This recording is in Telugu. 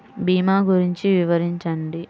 భీమా గురించి వివరించండి?